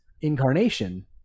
incarnation